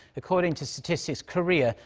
according to statistics korea,